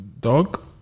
dog